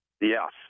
Yes